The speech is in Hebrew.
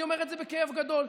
אני אומר את זה בכאב גדול.